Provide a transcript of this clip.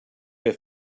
have